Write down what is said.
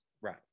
Right